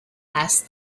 asked